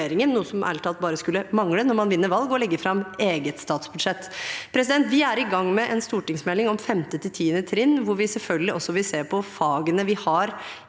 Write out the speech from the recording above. talt bare skulle mangle når man vinner valg og legger fram eget statsbudsjett. Vi er i gang med en stortingsmelding om 5.–10. trinn, hvor vi selvfølgelig også vil se på fagene vi har